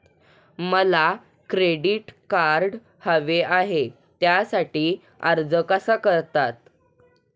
मला credit card हवे आहे त्यासाठी अर्ज कसा करतात?